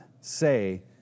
say